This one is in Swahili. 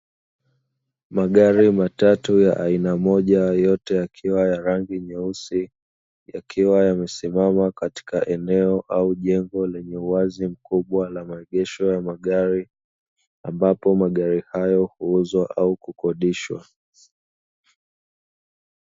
Magari matatu ya aina moja, yote yakiwa ya rangi nyeusi yakiwa yamesimama katika eneo au jengo, lenye uwazi mkubwa la maegesho ya magari ambapo magari hayo huuzwa au kukodishwa.